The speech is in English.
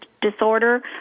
disorder